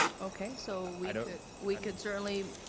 okay. so we we could certainly